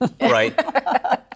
right